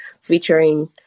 featuring